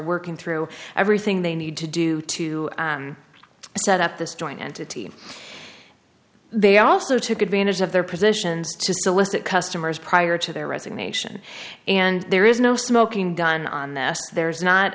working through everything they need to do to set up this joint entity they also took advantage of their positions to solicit customers prior to their resignation and there is no smoking done on them there's not